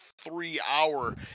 three-hour